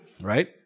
right